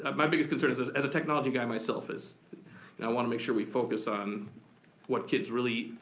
um my biggest concerns, as as a technology guy myself, is and i wanna make sure we focus on what kids really,